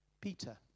Peter